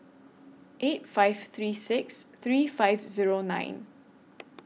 eight five three six three five Zero nine